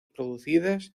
producidas